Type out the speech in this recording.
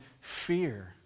fear